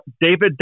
david